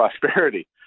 prosperity